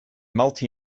multi